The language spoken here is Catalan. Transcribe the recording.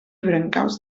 brancals